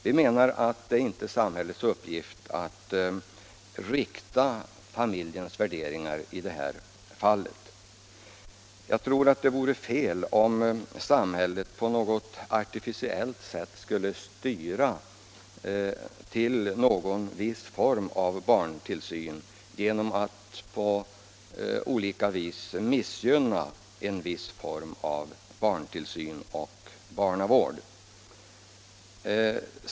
Vi menar att det inte är samhällets uppgift att rikta familjens värderingar i det här fallet. Det vore fel, om samhället på något artificiellt sätt skulle styra till en viss form av barntillsyn genom att på olika vis missgynna andra former av barntillsyn och barnavård.